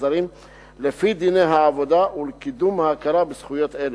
הזרים לפי דיני העבודה ולקידום ההכרה בזכויות אלה.